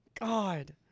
God